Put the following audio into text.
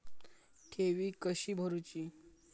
ठेवी कशी भरूची?